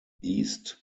east